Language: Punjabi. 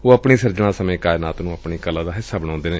ਉਹ ਆਪਣੀ ਸਿਰਜਣਾਂ ਸਮੇਂ ਕਾਇਨਾਤ ਨੂੰ ਆਪਣੀ ਕਲਾ ਦਾ ਹਿੱਸਾ ਬਣਾਉਂਦੇ ਨੇ